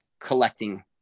collecting